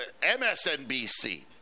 MSNBC